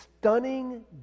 stunning